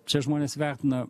čia žmonės vertina